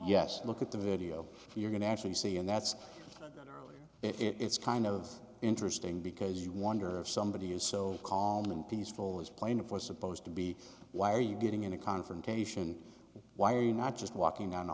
yes look at the video you're going to actually see and that's going to really it's kind of interesting because you wonder if somebody is so calm and peaceful as plaintiff was supposed to be why are you getting in a confrontation why are you not just walking down the